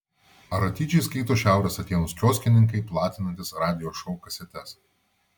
ar atidžiai skaito šiaurės atėnus kioskininkai platinantys radijo šou kasetes